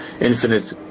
infinite